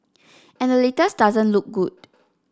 and the latest doesn't look good